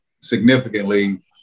significantly